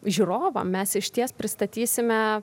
žiūrovam mes išties pristatysime